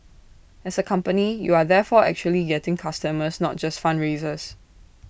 as A company you are therefore actually getting customers not just fundraisers